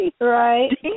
right